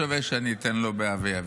הוא לא שווה שאני אתן לו באבי אביו.